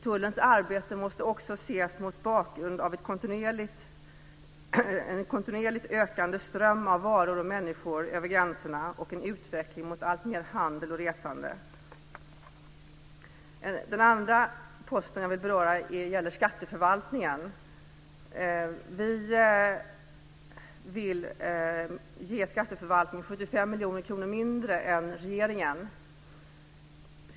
Tullens arbete måste också ses mot bakgrund av en kontinuerligt ökande ström av varor och människor över gränserna och en utveckling mot alltmer handel och resande. Den andra posten som jag vill beröra gäller skatteförvaltningen. Vi vill ge den 75 miljoner kronor mindre än vad regeringen vill göra.